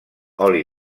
oli